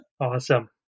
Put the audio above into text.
Awesome